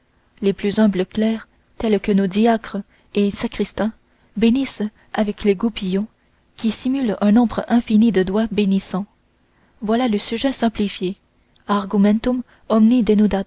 les plus humbles clercs tels que nos diacres et sacristains bénissent avec les goupillons qui simulent un nombre indéfini de doigts bénissants voilà le sujet simplifié